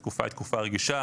התקופה היא תקופה רגישה,